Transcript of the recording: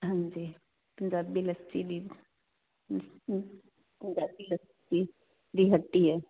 ਹਾਂਜੀ ਪੰਜਾਬੀ ਲੱਸੀ ਪੰਜਾਬੀ ਲੱਸੀ ਦੀ ਹੱਟੀ ਐ